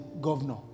governor